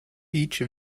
each